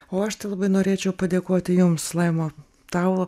o aš tai labai norėčiau padėkoti jums laima tau